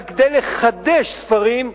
רק כדי לחדש ספרים,